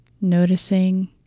Noticing